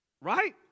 right